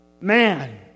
man